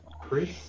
Chris